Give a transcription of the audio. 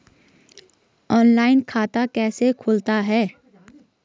Online खाता कैसे खुलता है?